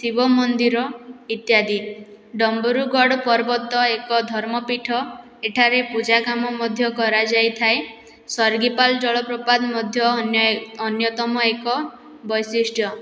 ଶିବମନ୍ଦିର ଇତ୍ୟାଦି ଡମ୍ବୁରୁଗଡ଼ ପର୍ବତ ଏକ ଧର୍ମପୀଠ ଏଠାରେ ପୂଜା କାମ ମଧ୍ୟ କରାଯାଇଥାଏ ସର୍ଗିପାଲ ଜଳପ୍ରପାତ ମଧ୍ୟ ଅନ୍ୟ ଅନ୍ୟତମ ଏକ ବୈଶିଷ୍ଟ୍ୟ